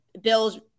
Bill's